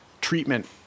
treatment